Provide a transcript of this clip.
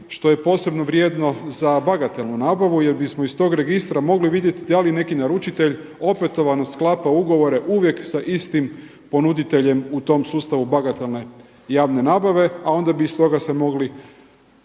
što je posebno vrijedno za bagatelnu nabavu, jer bismo iz toga registra mogli vidjeti da li neki naručitelj opetovano sklapa ugovore uvijek sa istim ponuditeljem u tom sustavu bagatelne javne nabave, a onda bi iz toga se mogli